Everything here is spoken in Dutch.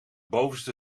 bovenste